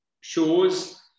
shows